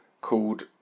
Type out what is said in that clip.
called